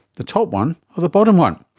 the top one or the bottom one?